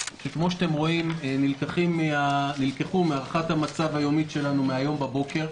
שכפי שאתם רואים נלקחו מהערכת המצב היומית שלנו מהבוקר,